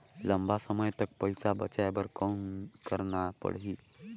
लंबा समय तक पइसा बचाये बर कौन करना पड़ही?